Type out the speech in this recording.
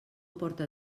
porta